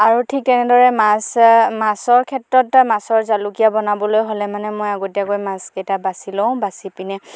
আৰু ঠিক এনেদৰে মাছ মাছৰ ক্ষেত্ৰত মাছৰ জালুকীয়া বনাবলৈ হ'লে মানে মই আগতীয়াকৈ মাছকেইটা বাচি লওঁ বাচি পিনে